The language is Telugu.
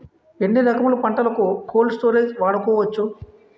ఎన్ని రకములు పంటలకు కోల్డ్ స్టోరేజ్ వాడుకోవచ్చు?